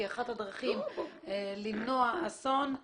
כי אחת הדרכים למנוע אסון היא